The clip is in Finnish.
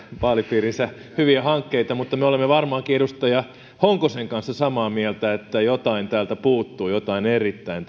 vaalipiirinsä hyviä hankkeita mutta me olemme varmaankin edustaja honkosen kanssa samaa mieltä että jotain täältä puuttuu jotain erittäin